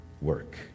work